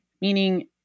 meaning